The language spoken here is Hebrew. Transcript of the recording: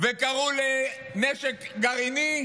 וקראו לנשק גרעיני?